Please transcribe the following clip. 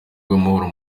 bw’amahoro